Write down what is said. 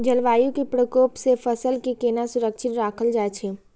जलवायु के प्रकोप से फसल के केना सुरक्षित राखल जाय छै?